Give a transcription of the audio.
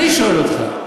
אני שואל אותך,